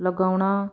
ਲਗਾਉਣਾ